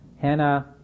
Hannah